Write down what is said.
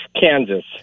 Kansas